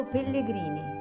Pellegrini